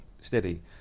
steady